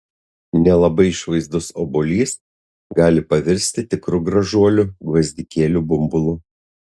nelabai išvaizdus obuolys gali pavirsti tikru gražuoliu gvazdikėlių bumbulu